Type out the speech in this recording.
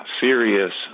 serious